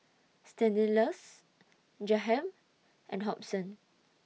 Stanislaus Jahiem and Hobson